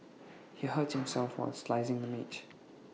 he hurt himself while slicing the mech